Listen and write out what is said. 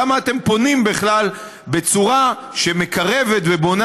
כמה אתם פונים בכלל בצורה שמקרבת ובונה